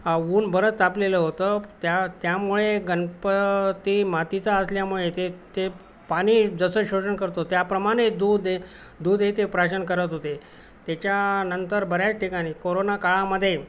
ऊन बरंच तापलेलं होतं त्या त्यामुळे गणपती मातीचा असल्यामुळे ते ते पाणी जसं शोषण करतो त्याप्रमाणे दूध दूध येते प्राशन करत होते त्याच्यानंतर बऱ्याच ठिकाणी कोरोना काळामध्ये